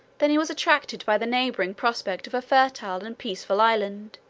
than he was attracted by the neighboring prospect of a fertile and peaceful island.